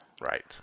Right